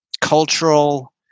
cultural